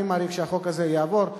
אני מעריך שהחוק הזה יעבור.